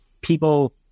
people